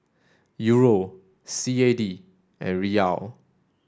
Euro C A D and Riyal